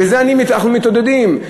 בזה אנחנו מתעודדים.